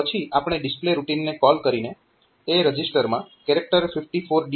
પછી આપણે ડિસ્પ્લે રૂટીનને કોલ કરીને A રજીસ્ટરમાં કેરેક્ટર 54D ને મૂવ કરીએ છીએ